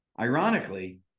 Ironically